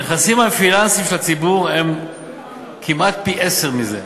הנכסים הפיננסיים של הציבור הם כמעט פי-עשרה מזה.